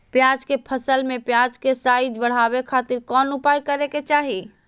प्याज के फसल में प्याज के साइज बढ़ावे खातिर कौन उपाय करे के चाही?